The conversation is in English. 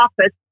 office